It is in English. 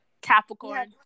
Capricorn